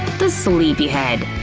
the sleepyhead